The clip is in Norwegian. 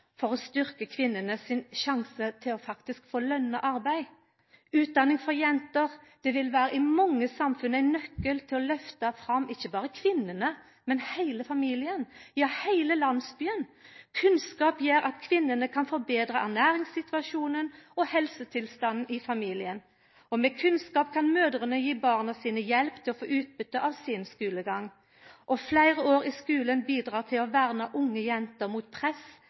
for å styrkja kvinnene sin sjanse til faktisk å få lønna arbeid. Utdanning for jenter vil i mange samfunn vera ein nøkkel til å løfta fram ikkje berre kvinnene, men heile familien, ja, heile landsbyen. Kunnskap gjer at kvinnene kan forbetra ernæringssituasjonen og helsetilstanden i familien. Med kunnskap kan mødrene gi borna sine hjelp til å få utbytte av sin skulegang. Og fleire år i skulen bidreg til å verna unge jenter mot press